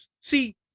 See